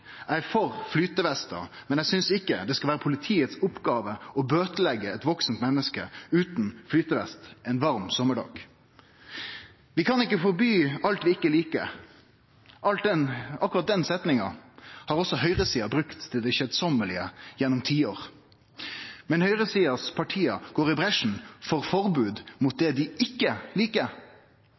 Eg er for flytevest, men eg synest ikkje det skal vere politiets oppgåve å bøteleggje eit vakse menneske utan flytevest ein varm sommardag. Vi kan ikkje forby alt vi ikkje liker – akkurat den setninga har også høyresida brukt til det keisame gjennom tiår – men høyresidas parti går i bresjen for forbod mot det dei ikkje